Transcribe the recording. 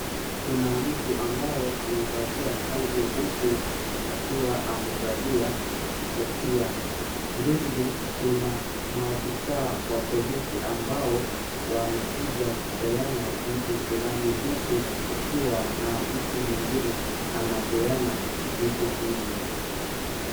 Kuna mtu ambaye amevalia kanzu, huku akiwa amevalia kofia. Vile vile, kuna maafisa wa polisi ambao wamekuja kupeana vitu fulani, huku kukiwa na mtu mwingine anapeana vitu hizo.